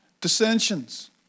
dissensions